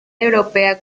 europea